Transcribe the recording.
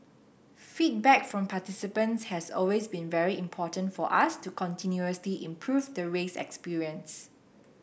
feedback from participants has always been very important for us to continuously improve the race experience